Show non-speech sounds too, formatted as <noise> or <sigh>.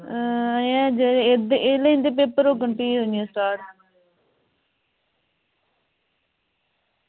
<unintelligible> इं'दे पेपर होङन फ्ही होनी स्टार्ट